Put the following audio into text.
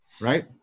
right